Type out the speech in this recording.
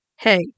Hey